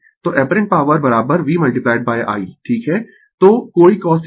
तो apparent power V I ठीक है तो कोई cosθ शामिल नहीं है यह V I है ठीक है